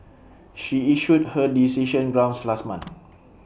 she issued her decision grounds last month